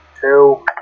Two